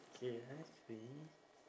okay I see